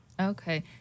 Okay